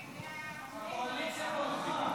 הצבעה.